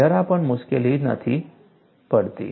જરા પણ મુશ્કેલી નથી પડતી